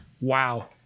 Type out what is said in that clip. Wow